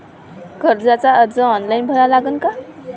कर्जाचा अर्ज ऑनलाईन भरा लागन का?